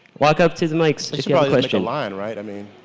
walk up to the mics line right, i mean.